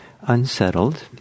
unsettled